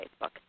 Facebook